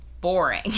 boring